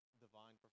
divine